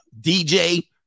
DJ